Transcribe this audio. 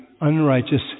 unrighteous